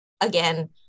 again